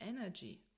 energy